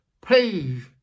please